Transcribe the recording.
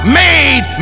made